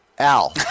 al